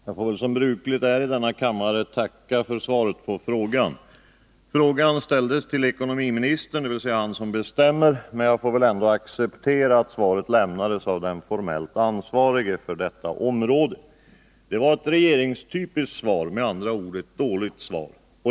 Herr talman! Jag får, som brukligt är i denna kammare, tacka för svaret på frågan. Frågan ställdes till ekonomiministern, dvs. till den person som bestämmer, men jag får väl acceptera att svaret lämnades av den formellt ansvarige för detta område. Det var ett typiskt regeringssvar — med andra ord ett dåligt svar.